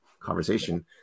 conversation